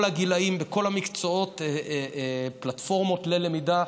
הגילים בכל המקצועות פלטפורמות ללמידה,